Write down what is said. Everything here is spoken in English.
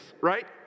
right